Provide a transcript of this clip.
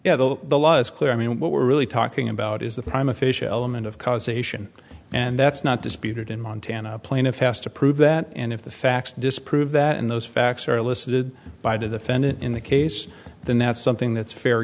for the law is clear i mean what we're really talking about is the prime official element of causation and that's not disputed in montana a plaintiff has to prove that and if the facts disprove that in those facts or elicited by to defend it in the case then that's something that's fair